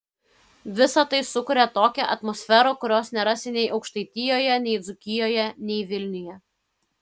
visa tai sukuria tokią atmosferą kurios nerasi nei aukštaitijoje nei dzūkijoje nei vilniuje